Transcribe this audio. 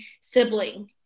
sibling